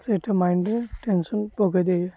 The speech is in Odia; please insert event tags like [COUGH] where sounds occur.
ସେଇଟା ମାଇଣ୍ଡରେ ଟେନସନ୍ [UNINTELLIGIBLE] ଦିଏ